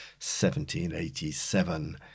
1787